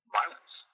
violence